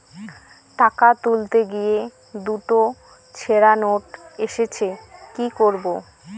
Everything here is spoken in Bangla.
টাকা তুলতে গিয়ে দুটো ছেড়া নোট এসেছে কি করবো?